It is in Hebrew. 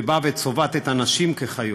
שצובעת אנשים כחיות.